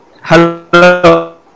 Hello